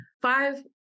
five